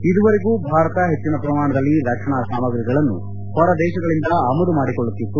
ಇದುವರೆಗೂ ಭಾರತ ಹೆಚ್ಚಿನ ಪ್ರಮಾಣದಲ್ಲಿ ರಕ್ಷಣಾ ಸಾಮಾಗಿಗಳನ್ನು ಹೊರದೇಶಗಳಿಂದ ಆಮದು ಮಾಡಿಕೊಳ್ಳುತ್ತಿತ್ತು